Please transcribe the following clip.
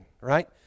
right